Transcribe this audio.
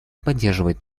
поддерживать